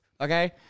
okay